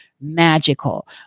magical